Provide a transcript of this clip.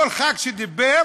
כל ח"כ שדיבר,